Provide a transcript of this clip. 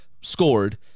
scored